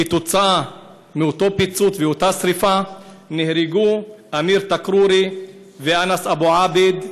כתוצאה מאותו פיצוץ ואותה שרפה נהרגו אמיר תכרורי ואנאס אבו עאבד,